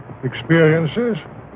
experiences